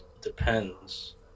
Depends